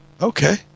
Okay